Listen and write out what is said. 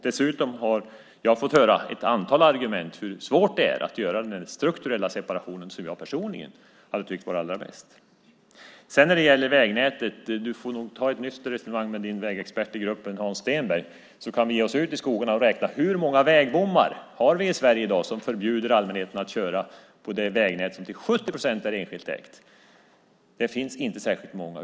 Dessutom har jag fått höra ett antal argument om hur svårt det är att genomföra den strukturella separation som jag personligen hade tyckt var allra bäst. När det gäller vägnätet får du nog ta ett nytt resonemang med din vägexpert i gruppen, Hans Stenberg. Vi kan ge oss ut i skogarna och räkna hur många vägbommar vi i dag har i Sverige som förbjuder allmänheten att köra på vägar inom ett vägnät som till 70 procent är enskilt ägt. Det finns inte särskilt många.